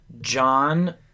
John